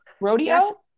Rodeo